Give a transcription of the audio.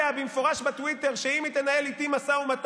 מעניינת מדינת ישראל היהודית ואת